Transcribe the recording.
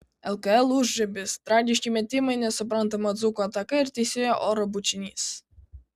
lkl užribis tragiški metimai nesuprantama dzūkų ataka ir teisėjo oro bučinys